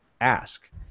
ask